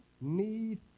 need